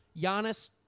Giannis